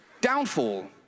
Downfall